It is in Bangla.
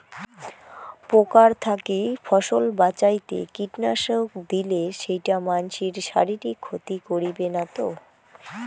পোকার থাকি ফসল বাঁচাইতে কীটনাশক দিলে সেইটা মানসির শারীরিক ক্ষতি করিবে না তো?